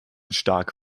stark